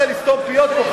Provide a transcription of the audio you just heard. אי-אפשר לסתום פיות פה,